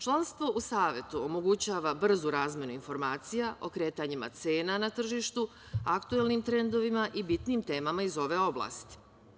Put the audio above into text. Članstvo u Savetu omogućava brzu razmenu informacija o kretanjima cena na tržištu, aktuelnim trendovima i bitnijim temama iz ove oblasti.